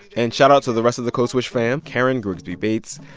and shout-out to the rest of the code switch fam karen grigsby bates,